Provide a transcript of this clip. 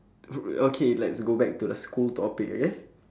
okay let's go back to the school topic okay